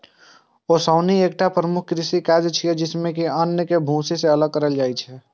ओसौनी एकटा प्रमुख कृषि काज छियै, जइसे अन्न कें भूसी सं अलग कैल जाइ छै